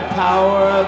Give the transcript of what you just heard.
power